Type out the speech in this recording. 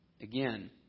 Again